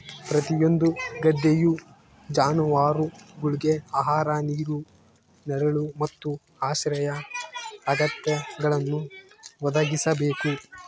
ಪ್ರತಿಯೊಂದು ಗದ್ದೆಯು ಜಾನುವಾರುಗುಳ್ಗೆ ಆಹಾರ ನೀರು ನೆರಳು ಮತ್ತು ಆಶ್ರಯ ಅಗತ್ಯಗಳನ್ನು ಒದಗಿಸಬೇಕು